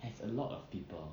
has a lot of people